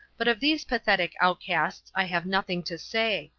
but of these pathetic outcasts i have nothing to say.